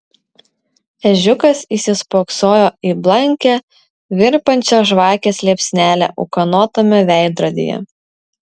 ežiukas įsispoksojo į blankią virpančią žvakės liepsnelę ūkanotame veidrodyje